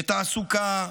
בתעסוקה,